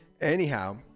anyhow